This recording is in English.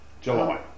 July